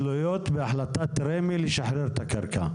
תלויות בהחלטת רמ"י לשחרר את הקרקע.